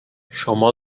شما